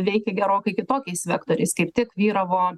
veikia gerokai kitokiais vektoriais kaip tik vyravo